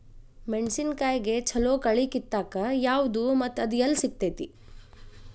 ಮೆಣಸಿನಕಾಯಿಗ ಛಲೋ ಕಳಿ ಕಿತ್ತಾಕ್ ಯಾವ್ದು ಮತ್ತ ಅದ ಎಲ್ಲಿ ಸಿಗ್ತೆತಿ?